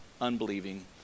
unbelieving